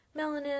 melanin